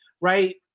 right